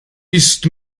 ist